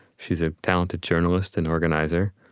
she's a talented journalist and organizer.